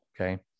Okay